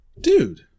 dude